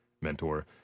mentor